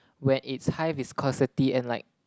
when it's high viscosity and like